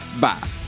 Bye